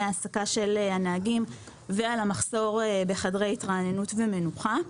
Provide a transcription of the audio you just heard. העסקה של נהגים ועל מחסור בחדרי התרעננות ומנוחה.